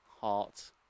heart